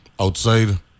outside